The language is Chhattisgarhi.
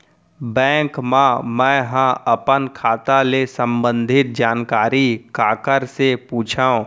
बैंक मा मैं ह अपन खाता ले संबंधित जानकारी काखर से पूछव?